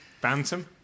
Bantam